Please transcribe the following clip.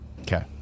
Okay